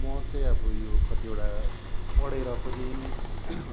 म चाहिँ अब यो कतिवटा पढेर पनि